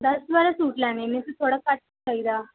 ਦੱਸ ਬਾਰਾਂ ਸੂਟ ਲੈਣੇ ਨੇ ਅਤੇ ਥੋੜ੍ਹਾ ਘੱਟ ਚਾਹੀਦਾ